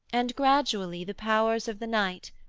and gradually the powers of the night,